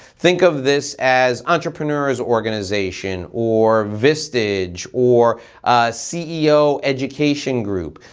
think of this as entrepreneurs' organization or vistage or a ceo education group.